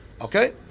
Okay